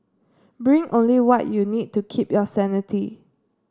bring only what you need to keep your sanity